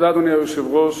אדוני היושב-ראש,